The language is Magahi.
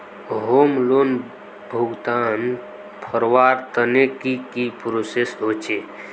होम लोन भुगतान करवार तने की की प्रोसेस होचे?